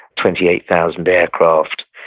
twenty eight thousand aircraft,